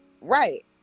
right